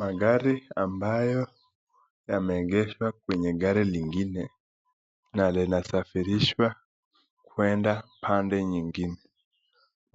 Magari ambayo yameegeshwa kwenye gari nyingine na linasafirishwa kuenda pande nyingine.